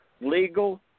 legal